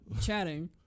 chatting